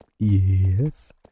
Yes